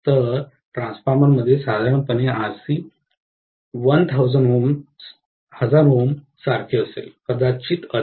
तर ट्रान्सफॉर्मरमध्ये साधारणपणे RC 1000 Ω सारखे असेल कदाचित अधिक